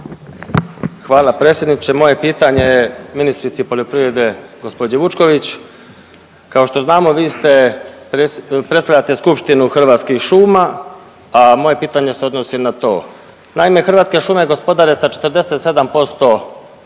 Hvala predsjedniče. Moje pitanje je ministrici poljoprivrede gospođi Vučković. Kao što znamo vi ste, predstavljate Skupštinu Hrvatskih šuma, a moje pitanje se odnosi na to. Naime, Hrvatske šume gospodare sa 47%